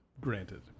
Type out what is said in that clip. Granted